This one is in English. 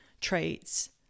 traits